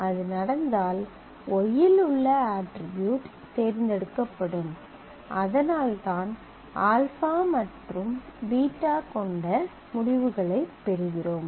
அது நடந்தால் y இல் உள்ள அட்ரிபியூட் தேர்ந்தெடுக்கப்படும் அதனால்தான் α மற்றும் β கொண்ட முடிவுகளைப் பெறுகிறோம்